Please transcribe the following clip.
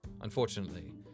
Unfortunately